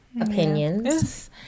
opinions